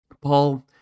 Paul